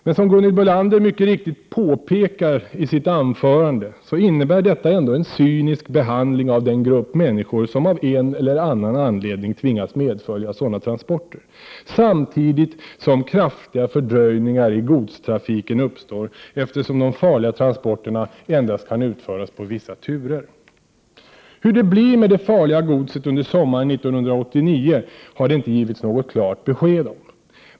Men som Gunhild Bolander mycket riktigt påpekade i sitt anförande innebär detta ändå en cynisk behandling av den grupp människor som av en eller annan anledning tvingas medfölja sådana transporter samtidigt som kraftiga fördröjningar i godstrafiken uppstår, eftersom de farliga transporterna endast kan utföras på vissa turer. Hur det blir med det farliga godset under sommaren 1989 har det inte givits något klart besked om.